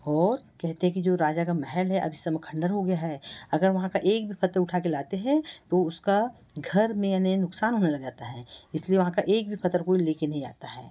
और कहते हैं कि जो राजा का महल है अब इस समय खंडहर हो गया है अगर वहाँ का एक भी पत्थर उठा कर लाते हैं तो उसके घर में अनेक नुकसान होने लग जाता है इसलिए वहाँ का एक भी पत्थर कोई ले कर नहीं आता है